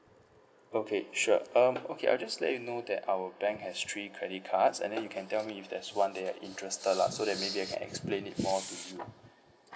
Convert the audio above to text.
okay sure um okay I'll just let you know that our bank has three credit cards and then you can tell me if there's one that are interested lah so that' maybe I can explain it more to you